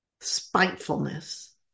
Spitefulness